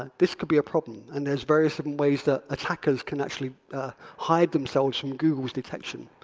ah this could be a problem, and there's various ways that attackers can actually hide themselves from google's detection.